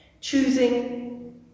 Choosing